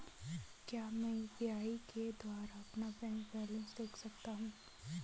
क्या मैं यू.पी.आई के द्वारा अपना बैंक बैलेंस देख सकता हूँ?